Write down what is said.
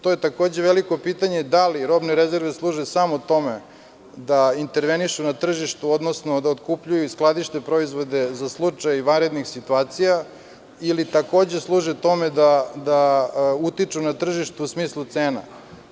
To je takođe veliko pitanje da li robne rezerve služe samo tome da intervenišu na tržištu, odnosno da otkupljuju i skladište proizvode za slučaj vanrednih situacija, ili takođe služe tome da utiču na tržište u smislu cena.